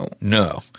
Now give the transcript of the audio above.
No